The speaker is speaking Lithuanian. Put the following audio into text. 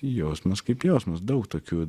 jausmas kaip jausmas daug tokių